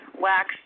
wax